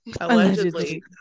Allegedly